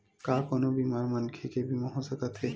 का कोनो बीमार मनखे के बीमा हो सकत हे?